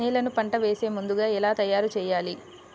నేలను పంట వేసే ముందుగా ఎలా తయారుచేయాలి?